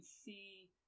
see